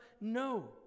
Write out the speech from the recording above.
No